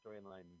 storyline